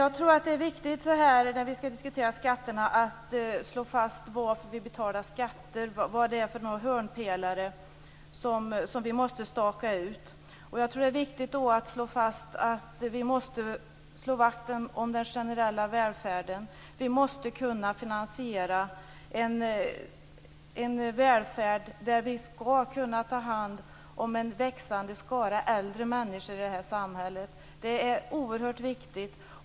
Jag tror att det är viktigt när vi skall diskutera skatterna att slå fast varför vi betalar skatter, vad det är för hörnpelare som vi måste staka ut. Det är då viktigt att slå vakt om den generella välfärden. Vi måste kunna finansiera en välfärd där vi skall kunna ta hand om en växande skara äldre människor i detta samhälle. Det är oerhört viktigt.